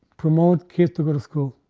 promote kids to go to school.